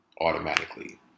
automatically